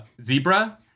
Zebra